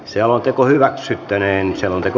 selonteko hyväksyttiin